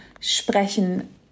sprechen